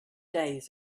days